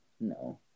No